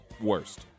worst